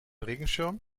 regenschirm